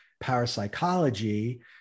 Parapsychology